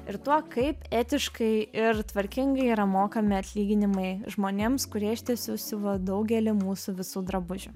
ir tuo kaip etiškai ir tvarkingai yra mokami atlyginimai žmonėms kurie iš tiesų siuva daugelį mūsų visų drabužių